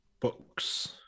Books